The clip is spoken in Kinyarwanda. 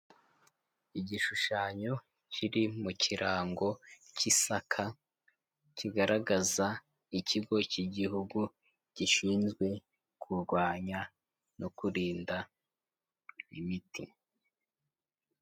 Igishushanyo kiri mu kirango k'isaka kigaragaza ikigo k'igihugu gishinzwe kurwanya no kurinda ibiti.